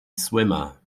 swimmer